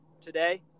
today